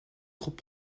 groupe